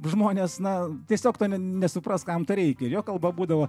žmonės na tiesiog nesupras kam to reikia ir jo kalba būdavo